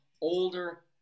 older